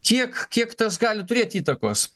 tiek kiek tas gali turėt įtakos